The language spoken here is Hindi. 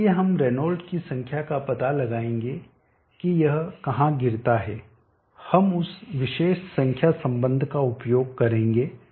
इसलिए हम रेनॉल्ड की संख्या का पता लगाएंगे कि यह कहां गिरता है हम उस विशेष संख्या संबंध का उपयोग करेंगे